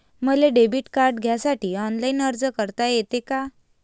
मले debit card घ्यासाठी online अर्ज करता येते का?